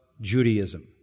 Judaism